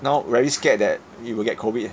now very scared that he will get COVID